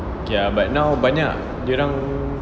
okay ah but now banyak dorang